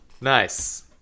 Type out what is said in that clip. Nice